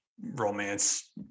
romance